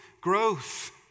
growth